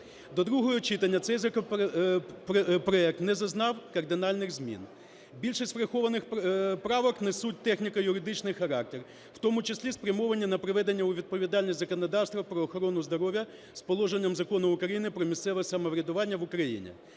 До другого читання цей законопроект не зазнав кардинальних змін. Більшість врахованих правок несуть техніко-юридичний характер, в тому числі спрямовані на приведення у відповідність законодавства про охорону здоров'я з положенням Закону України "Про місцеве самоврядування в Україні".